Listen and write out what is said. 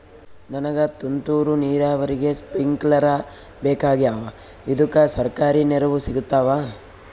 ನನಗ ತುಂತೂರು ನೀರಾವರಿಗೆ ಸ್ಪಿಂಕ್ಲರ ಬೇಕಾಗ್ಯಾವ ಇದುಕ ಸರ್ಕಾರಿ ನೆರವು ಸಿಗತ್ತಾವ?